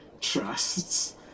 trusts